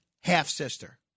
half-sister